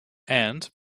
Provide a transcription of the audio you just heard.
and